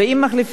כוהל מתילי,